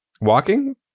walking